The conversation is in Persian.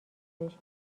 پزشکی